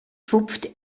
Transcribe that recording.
tupft